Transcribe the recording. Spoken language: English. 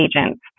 agents